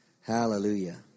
Hallelujah